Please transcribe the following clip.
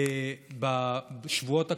בשבועות הקרובים,